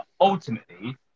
ultimately